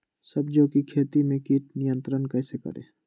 सब्जियों की खेती में कीट नियंत्रण कैसे करें?